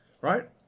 right